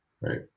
Right